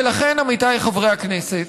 ולכן, עמיתיי חברי הכנסת,